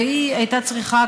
והיא הייתה צריכה,